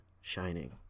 shining